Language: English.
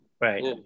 right